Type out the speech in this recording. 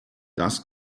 das